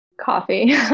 Coffee